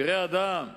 פראי אדם,